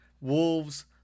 wolves